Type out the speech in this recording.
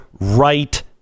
right